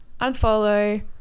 unfollow